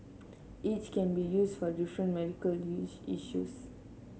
each can be used for different medical issues